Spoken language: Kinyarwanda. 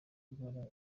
ibara